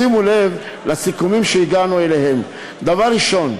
שימו לב לסיכומים שהגענו אליהם: א.